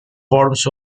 forms